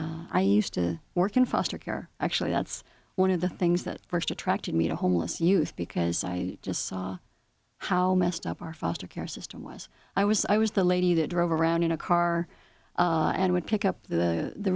i used to work in foster care actually that's one of the things that first attracted me to homeless youth because i just saw how messed up our foster care system was i was i was the lady that drove around in a car and would pick up the